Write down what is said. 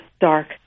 dark